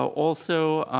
also,